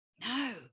no